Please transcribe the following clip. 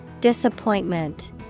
Disappointment